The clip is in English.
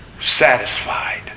satisfied